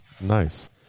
Nice